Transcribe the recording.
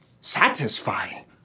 Satisfying